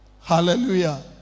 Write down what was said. Hallelujah